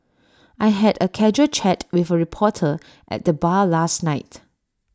I had A casual chat with A reporter at the bar last night